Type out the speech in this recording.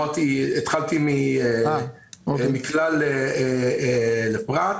התחלתי מכלל אל הפרט.